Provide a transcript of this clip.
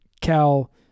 Cal